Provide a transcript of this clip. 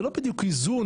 זה לא בדיוק איזון,